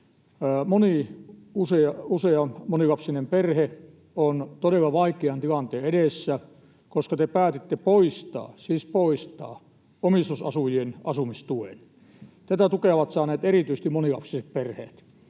usea monilapsinen perhe on todella vaikean tilanteen edessä, koska te päätitte poistaa — siis poistaa — omistusasujien asumistuen. Tätä tukea ovat saaneet erityisesti monilapsiset perheet.